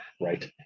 Right